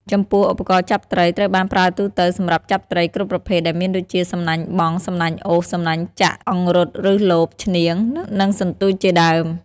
ចំពោះ ឧបករណ៍ចាប់ត្រី ត្រូវបានប្រើទូទៅ សម្រាប់ចាប់ត្រីគ្រប់ប្រភេទដែលមានដូចជា សំណាញ់បង់ សំណាញ់អូស សំណាញ់ចាក់ អង្រុតឬលប ឈ្នាង និងសន្ទួចជាដើម។